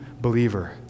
believer